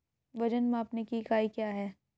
वजन मापने की इकाई क्या है?